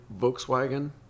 Volkswagen